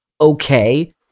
Okay